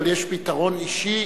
אבל יש פתרון אישי,